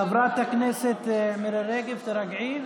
חברת הכנסת מירי רגב, תירגעי,